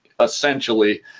essentially